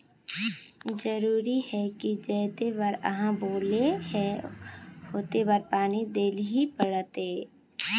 जरूरी है की जयते बार आहाँ बोले है होते बार पानी देल ही पड़ते?